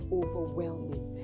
overwhelming